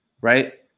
right